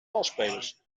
valsspelers